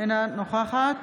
אינה נוכחת